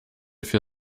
für